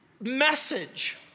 Message